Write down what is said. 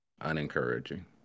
unencouraging